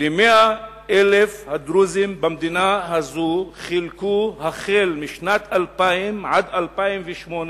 ל-100,000 הדרוזים במדינה הזו חילקו החל משנת 2000 עד 2008,